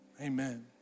amen